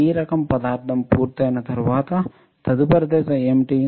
P రకం పదార్థం పూర్తయిన తర్వాత తదుపరి దశ ఏమిటి